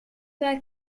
pas